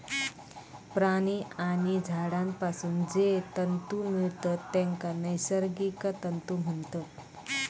प्राणी आणि झाडांपासून जे तंतु मिळतत तेंका नैसर्गिक तंतु म्हणतत